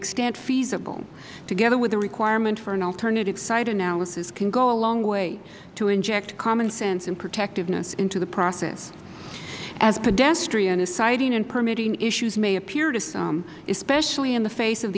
extent feasible together with the requirement for an alternative site analysis can go a long way to inject common sense and protectiveness into the process as pedestrian as siting and permitting issues may appear to some especially in the face of